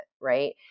right